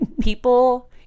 People